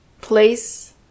place